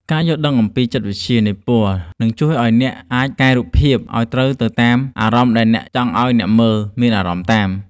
ការយល់ដឹងអំពីចិត្តវិទ្យានៃពណ៌នឹងជួយឱ្យអ្នកអាចកែរូបភាពឱ្យត្រូវទៅតាមអារម្មណ៍ដែលអ្នកចង់ឱ្យអ្នកមើលមានអារម្មណ៍តាម។